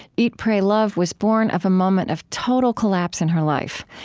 eat pray love was borne of a moment of total collapse in her life.